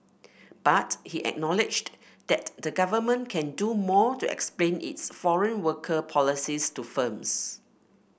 but he acknowledged that the Government can do more to explain its foreign worker policies to firms